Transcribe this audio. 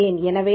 எனவே நான் ரோ